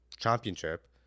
championship